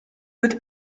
wird